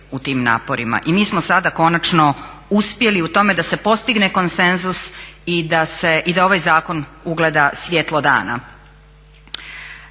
u tim naporima i mi smo sada konačno uspjeli u tome da se postigne konsenzus i da ovaj zakon ugleda svjetlo dana.